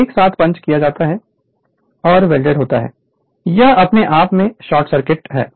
दोनों साइड को एक साथ पंच किया जाता है और वेल्डेड होता है यह अपने आप में एक शॉर्ट सर्किट है